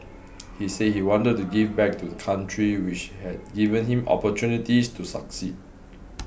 he said he wanted to give back to country which had given him opportunities to succeed